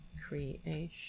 creation